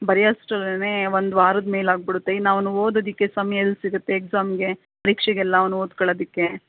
ಬರಿಯೋ ಅಷ್ಟರಲೆನೇ ಒಂದು ವಾರದ ಮೇಲೆ ಆಗ್ಬಿಡುತ್ತೆ ಇನ್ನು ಅವ್ನು ಓದೋದಿಕ್ಕೆ ಸಮಯ ಎಲ್ಲಿ ಸಿಗುತ್ತೆ ಎಕ್ಸಾಮಿಗೆ ಪರೀಕ್ಷೆಗೆಲ್ಲ ಅವ್ನು ಓದ್ಕೊಳದಿಕ್ಕೆ